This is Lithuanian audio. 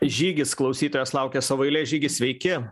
žygis klausytojas laukia savo eilės žygi sveiki